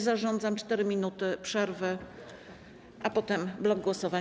Zarządzam 4 minuty przerwy, a potem będzie blok głosowań.